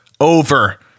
over